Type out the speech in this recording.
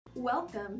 Welcome